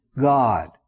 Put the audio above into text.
God